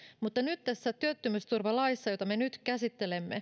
mutta nyt tässä työttömyysturvalaissa jota me nyt käsittelemme